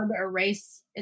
erase